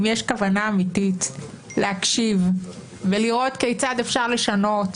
אם יש כוונה אמיתית להקשיב ולראות כיצד אפשר לשנות.